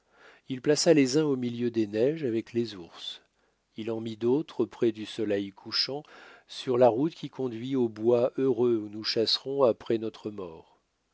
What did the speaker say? il plaça les uns au milieu des neiges avec les ours il en mit d'autres près du soleil couchant sur la route qui conduit aux bois heureux où nous chasserons après notre mort